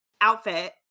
outfit